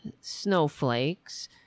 snowflakes